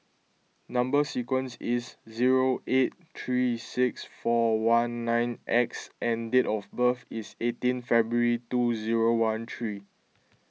Number Sequence is zero eight three six four one nine X and date of birth is eighteen February two zero one three